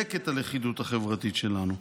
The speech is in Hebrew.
לחזק את הלכידות החברתית שלנו,